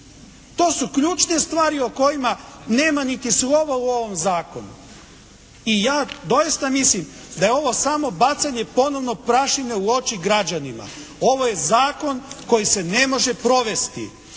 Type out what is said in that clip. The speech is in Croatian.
To su ključne stvari o kojima nema niti slova u ovom zakonu. I ja doista mislim da je ovo samo bacanje ponovno prašine u oči građanima. Ovo je zakon koji se ne može provesti.